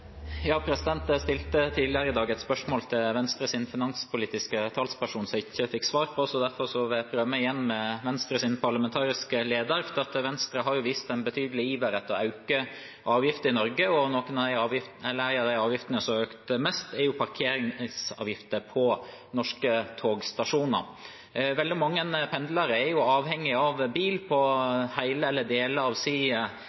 Jeg stilte tidligere i dag et spørsmål til Venstres finanspolitiske talsperson som jeg ikke fikk svar på, så jeg prøver meg med Venstres parlamentariske leder: Venstre har jo vist en betydelig iver etter å øke avgifter i Norge, og en av de avgiftene som har økt mest, er parkeringsavgifter på norske togstasjoner. Veldig mange pendlere er avhengige av bil